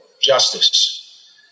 justice